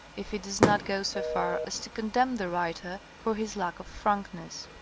if it does not go so far as to condemn the writer for his lack of frankness.